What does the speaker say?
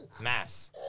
Mass